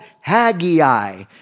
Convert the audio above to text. Haggai